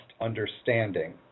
understanding